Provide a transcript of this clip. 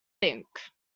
think